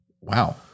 wow